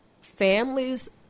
families –